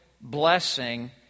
blessing